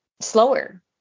slower